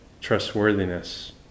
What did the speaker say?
trustworthiness